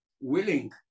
willing